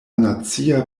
nacia